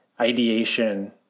ideation